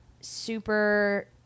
super